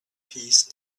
peace